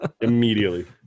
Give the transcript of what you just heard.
Immediately